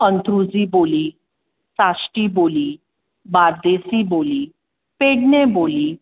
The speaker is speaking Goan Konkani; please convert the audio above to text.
अंत्रृजी बोली साश्टी बोली बार्देसी बोली पेडणें बोली